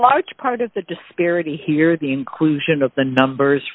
large part of the disparity here the inclusion of the numbers